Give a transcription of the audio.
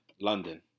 London